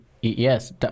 Yes